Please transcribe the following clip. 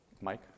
Mike